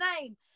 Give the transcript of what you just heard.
name